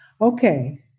Okay